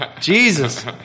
jesus